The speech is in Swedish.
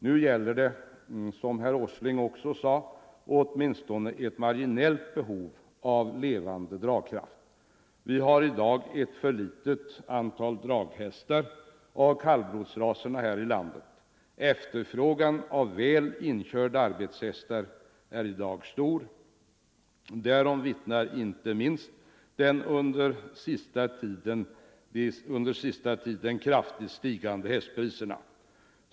Nu gäller det, som herr Åsling också framhöll, åtminstone ett marginellt behov av levande dragkraft. Vi har i dag ett för litet antal draghästar av kallblodsras här i landet. Efterfrågan på väl inkörda arbetshästar är också stor. Därom vittnar inte minst de under sista tiden kraftigt stigande hästpriserna.